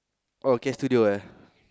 oh kay studio ah